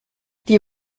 die